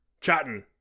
chatting